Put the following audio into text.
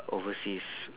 overseas